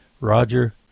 Roger